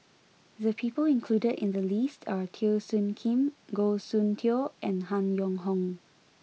the people included in the list are Teo Soon Kim Goh Soon Tioe and Han Yong Hong